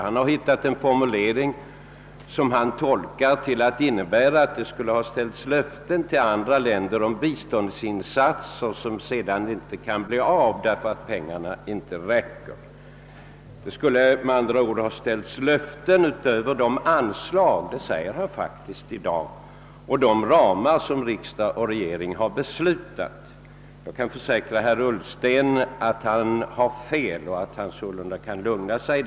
Han har funnit en formulering som han tolkar så, att det skulle ha givits löften till andra länder om biståndsinsatser som sedan inte kan bli av, därför att peng arna inte räcker. Han säger alltså att det skulle ha givits löften utöver de anslagsramar som regering och riksdag har beslutat. Jag kan försäkra herr Ullsten att han har fel och att han sålunda kan lugna sig.